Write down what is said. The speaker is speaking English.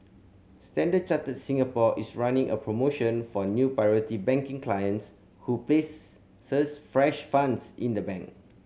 Standard Chartered Singapore is running a promotion for new Priority Banking clients who places fresh funds in the bank